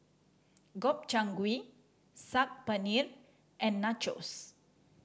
Gobchang Gui Saag Paneer and Nachos